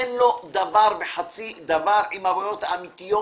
אין לו דבר וחצי דבר עם הבעיות האמיתיות